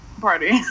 party